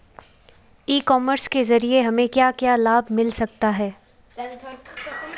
ई commerce के ज़रिए हमें क्या क्या लाभ मिल सकता है?